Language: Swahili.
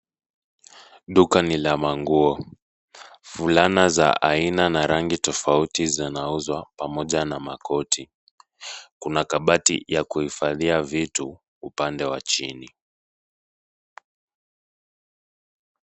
Duka ni la manguo. Fulana za aina na rangi tofauti zinauzwa pamoja na makoti. Kuna kabati ya kuhifadhia vitu upande wa chini.